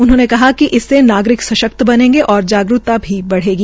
उन्होंने कहा कि इससे नागरिक सशक्त बनेंगे और जागरूकता भी बढ़ेगी